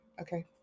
Okay